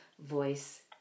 voice